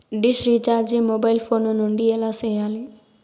dish recharge mobile phone నుండి ఎలా సేయాలి